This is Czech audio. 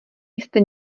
jste